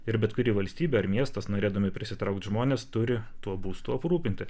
ir bet kuri valstybė ar miestas norėdami prisitraukti žmones turi tuo būstu aprūpinti